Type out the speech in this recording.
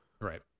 Right